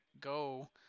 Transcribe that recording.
go